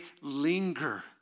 linger